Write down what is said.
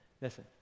Listen